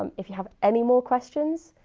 um if you have any more questions,